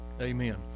Amen